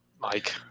Mike